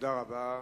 תודה רבה.